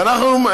ואנחנו,